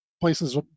places